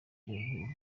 kiyovu